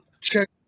check